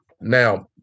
Now